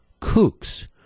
kooks